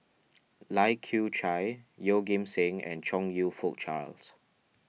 Lai Kew Chai Yeoh Ghim Seng and Chong You Fook Charles